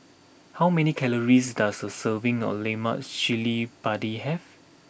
how many calories does a serving of Lemak Cili Padi have